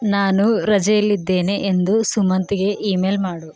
ನಾನು ರಜೆಯಲ್ಲಿದ್ದೇನೆ ಎಂದು ಸುಮಂತ್ಗೆ ಈಮೇಲ್ ಮಾಡು